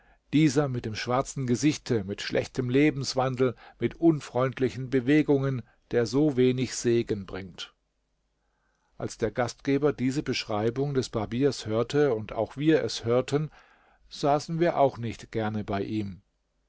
dieser mit dem schwarzen gesichte mit schlechtem lebenswandel mit unfreundlichen bewegungen der so wenig segen bringt als der gastgeber diese beschreibung des barbiers hörte und auch wir es hörten saßen wir auch nicht gerne bei ihm